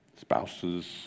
spouses